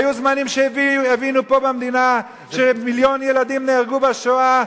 היו זמנים שהבינו פה במדינה שמיליון ילדים נהרגו בשואה,